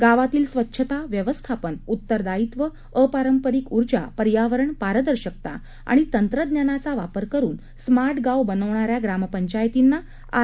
गावातील स्वच्छता व्यवस्थापन उत्तरदायित्व अपारंपरिक उर्जा पर्यावरण पादर्शकता आणि तंत्रज्ञानाचा वापर करुन स्मार्ट गाव बनवणाऱ्या ग्रामपंचायतींना आर